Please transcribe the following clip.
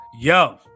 Yo